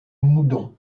moudon